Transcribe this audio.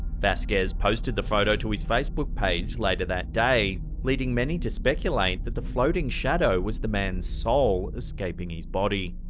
vazquez posted the photo to his facebook page later that day, leading many to speculate that the floating shadow was the man's soul escaping his body.